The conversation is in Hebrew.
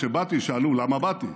כשבאתי שאלו למה באתי,